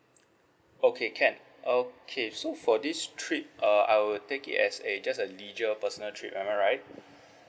okay can okay so for this trip uh I will take it as a just a leisure personal trip am I right